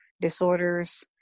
disorders